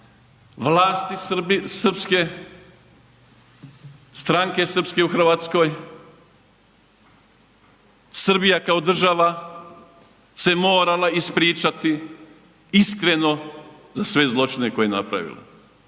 srpske, stranke srpske u Hrvatskoj, Srbija kao država se morala ispričati iskreno za sve zločine koje je napravila.